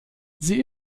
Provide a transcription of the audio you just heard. sie